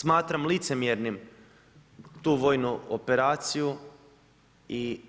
Smatram licemjernim tu vojnu operaciju i